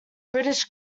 british